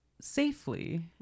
safely